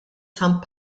san